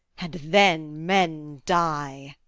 and then men die.